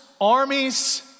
armies